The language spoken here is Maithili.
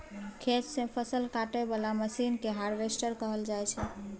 खेत सँ फसल काटय बला मशीन केँ हार्वेस्टर कहल जाइ छै